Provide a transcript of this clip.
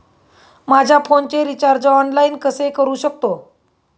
माझ्या फोनचे recharge online कसे करू शकतो?